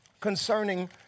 concerning